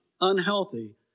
unhealthy